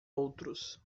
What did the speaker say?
outros